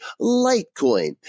Litecoin